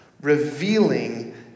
revealing